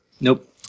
Nope